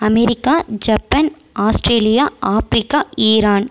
America Japan Australia Africa Iran